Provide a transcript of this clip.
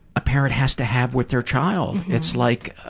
a parent has to have with their child. it's like,